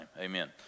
amen